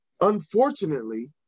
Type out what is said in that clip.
Unfortunately